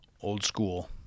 old-school